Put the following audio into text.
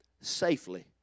safely